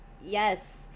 yes